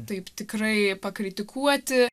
taip tikrai pakritikuoti